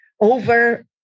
over